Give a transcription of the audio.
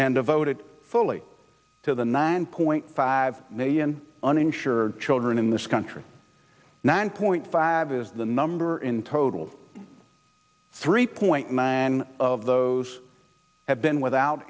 and devoted fully to the nine point five million uninsured children in this country nine point five is the number in total three point nine of those have been without